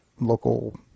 local